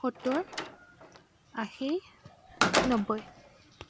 সত্তৰ আশী নব্বৈ